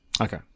Okay